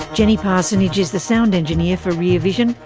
jenny parsonage is the sound engineer for rear vision.